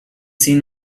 scene